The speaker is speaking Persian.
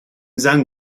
زنگ